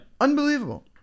Unbelievable